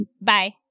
Bye